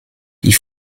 die